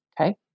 Okay